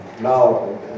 Now